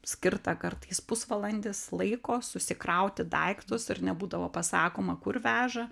skirta kartais pusvalandis laiko susikrauti daiktus ir nebūdavo pasakoma kur veža